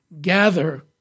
gather